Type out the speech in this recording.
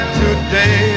today